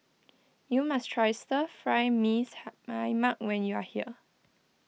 you must try Stir Fry Mee my Mak when you are here